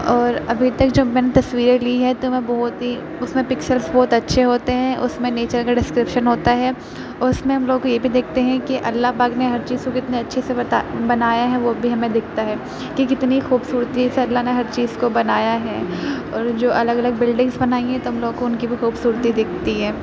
اور ابھی تک جب میں نے تصویریں لی ہیں تو میں بہت ہی اس میں پکسلس بہت اچھے ہوتے ہیں اس میں نیچر کا ڈسکرپشن ہوتا ہے اور اس میں ہم لوگ یہ بھی دیکھتے ہیں کہ اللہ پاک نے ہر چیز کو کتنے اچھے سے بتا بنایا ہے وہ بھی ہمیں دکھتا ہے کہ کتنی خوبصورتی سے اللہ نے ہر چیز کو بنایا ہے اور جو الگ الگ بلڈنگنز بنائی ہیں تو ہم لوگ کو ان کی بھی خوبصورتی دکھتی ہے